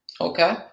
Okay